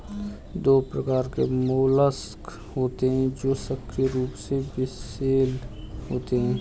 दो प्रकार के मोलस्क होते हैं जो सक्रिय रूप से विषैले होते हैं